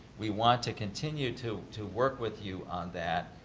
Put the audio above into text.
we want to continue to to work with you on that.